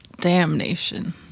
damnation